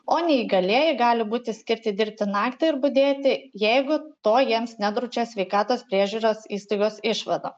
o neįgalieji gali būti skirti dirbti naktį ir budėti jeigu to jiems nedraudžia sveikatos priežiūros įstaigos išvada